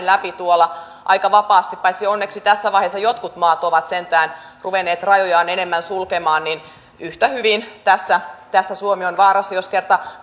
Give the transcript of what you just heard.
läpi tuolla aika vapaasti paitsi onneksi tässä vaiheessa jotkut maat ovat sentään ruvenneet rajojaan enemmän sulkemaan niin yhtä hyvin tässä tässä suomi on vaarassa jos kerran